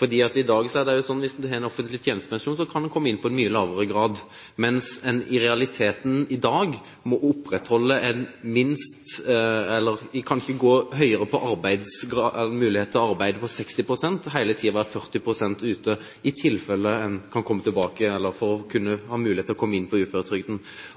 I dag er det sånn at hvis en har en offentlig tjenestepensjon, kan en komme inn på en mye lavere gradering, mens en i realiteten nå ikke kan gå høyere når det gjelder mulighet til arbeid, enn 60 pst. og hele tiden være 40 pst. ute, i tilfelle en kan komme tilbake, eller ha mulighet til å komme inn på